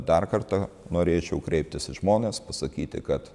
dar kartą norėčiau kreiptis į žmones pasakyti kad